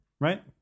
Right